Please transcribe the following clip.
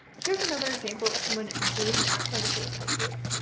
here's another example of someone doing that from the facebook group.